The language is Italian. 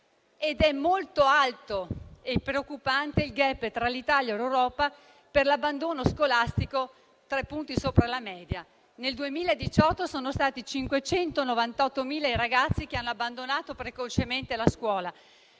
È molto alto e preoccupante il *gap* tra l'Italia e l'Europa riguardo all'abbandono scolastico: tre punti sopra la media. Nel 2018 sono stati 598.000 i ragazzi che hanno abbandonato precocemente la scuola.